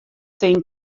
tink